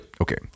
Okay